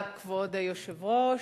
כבוד היושב-ראש,